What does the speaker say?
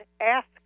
Ask